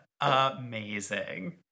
Amazing